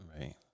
right